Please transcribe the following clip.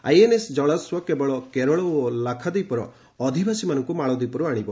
INS Jalashwa କେବଳ କେରଳ ଓ ଲାକ୍ଷାଦୀପର ଅଧିବାସୀମାନଙ୍କୁ ମାଳଦୀପରୁ ଆଶିବ